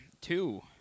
two –